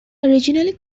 originally